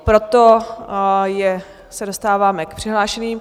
Proto se dostáváme k přihlášeným.